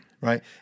Right